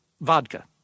vodka